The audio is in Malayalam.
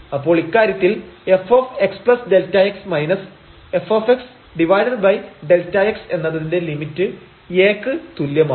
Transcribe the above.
അപ്പോൾ ഇക്കാര്യത്തിൽ fxΔx f Δx എന്നതിന്റെ ലിമിറ്റ് A ക്ക് തുല്യമാവും